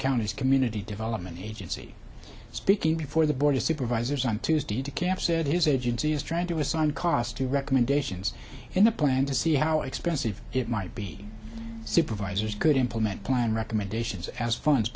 county's community development agency speaking before the board of supervisors on tuesday said his agency is trying to assign costs to recommendations in the plan to see how expensive it might be supervisors could implement recommendations as funds